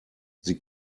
sie